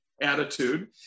attitude